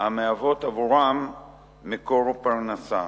המהוות עבורם מקור פרנסה.